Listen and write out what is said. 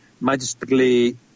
majestically